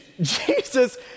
Jesus